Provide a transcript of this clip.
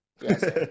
Yes